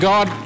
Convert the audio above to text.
God